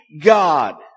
God